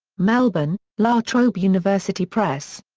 melbourne la trobe university press.